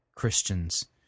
Christians